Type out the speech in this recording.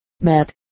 Met